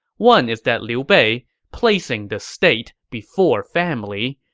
one is that liu bei, placing the state before family,